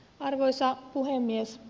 arvoisa puhemies